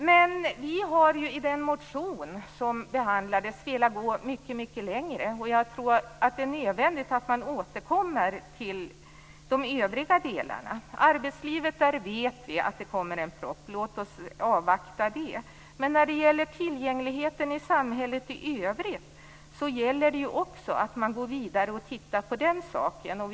Men vi ville i den motion som behandlades gå mycket längre, och jag tror att det är nödvändigt att man återkommer till de övriga delarna. När det gäller arbetslivet vet vi att det kommer en proposition. Låt oss avvakta den. Men det gäller också att man går vidare och tittar närmare på tillgängligheten i samhället i övrigt.